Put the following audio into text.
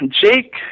Jake